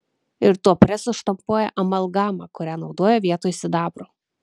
ir tuo presu štampuoja amalgamą kurią naudoja vietoj sidabro